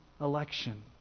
election